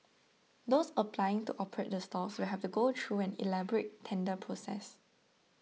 those applying to operate the stalls will have to go through an elaborate tender process